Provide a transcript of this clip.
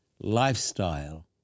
lifestyle